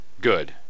good